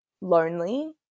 lonely